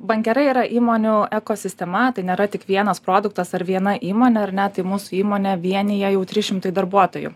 bankera yra įmonių ekosistema tai nėra tik vienas produktas ar viena įmonė ar ne tai mūsų įmonę vienija jau trys šimtai darbuotojų